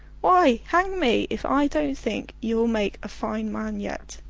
why, hang me if i don't think you'll make a fine man yet!